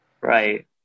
Right